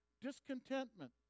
discontentment